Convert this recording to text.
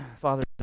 Father